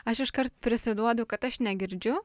aš iškart prisiduodu kad aš negirdžiu